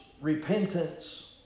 repentance